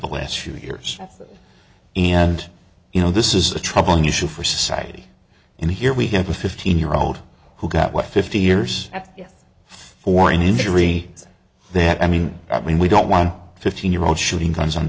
the west for years and you know this is a troubling issue for society and here we have a fifteen year old who got what fifty years for an injury then i mean i mean we don't want fifteen year old shooting guns on